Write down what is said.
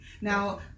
Now